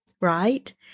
right